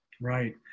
Right